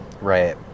Right